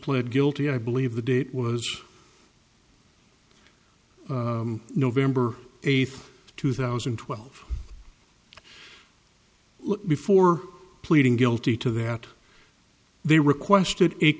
pled guilty i believe the date was november eighth two thousand and twelve before pleading guilty to that they requested